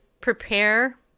prepare